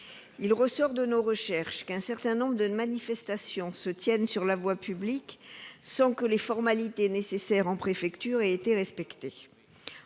Il ressort de nos recherches qu'un certain nombre de manifestations se tiennent sur la voie publique sans que les formalités nécessaires aient été accomplies